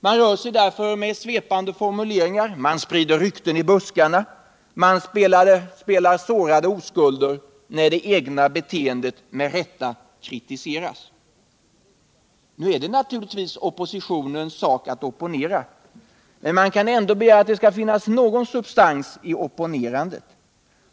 Man rör sig med svepande formuleringar, man sprider rykten i buskarna, man spelar sårad oskuld när det egna beteendet med rätta kritiseras. Nu är det naturligtvis oppositionens sak att opponera, men man kan ändå begära att det skall finnas substans i opponerandet.